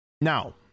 Now